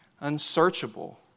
unsearchable